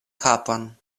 kapon